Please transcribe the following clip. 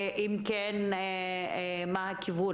ואם כן, מה הכיוון?